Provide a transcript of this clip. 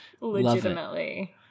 legitimately